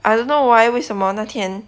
I don't know why 为什么那天